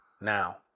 now